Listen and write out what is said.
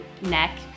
neck